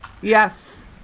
yes